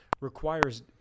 requires